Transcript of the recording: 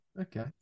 Okay